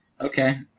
Okay